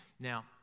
Now